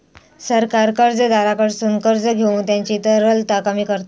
सरकार कर्जदाराकडसून कर्ज घेऊन त्यांची तरलता कमी करता